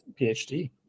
phd